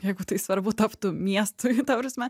jeigu tai svarbu taptų miestui ta prasme